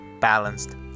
balanced